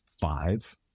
five